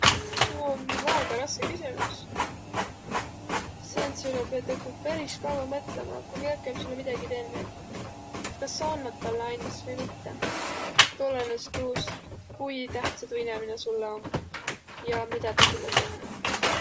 Tuu om väega rasse küsümüs. Säändse üle piät õkva peris kavva mõtlõma. Ku kiäki om sullõ midägi tennüq, kas sa annat tälle andis vai mitte? Tuu olõnõs tuust, kui tähtsä tuu inemine sullõ om ja midä tä sullõ tennüq om.